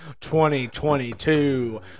2022